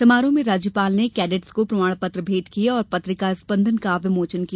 समारोह में राज्यपाल ने कैंडेटस को प्रमाण पत्र मेंट किये और पत्रिका स्पंदन का विमोचन किया